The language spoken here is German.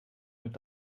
mit